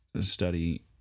study